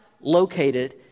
located